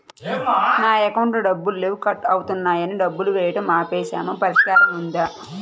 నా అకౌంట్లో డబ్బులు లేవు కట్ అవుతున్నాయని డబ్బులు వేయటం ఆపేసాము పరిష్కారం ఉందా?